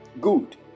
Good